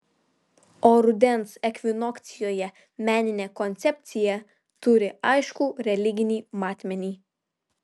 o rudens ekvinokcijoje meninė koncepcija turi aiškų religinį matmenį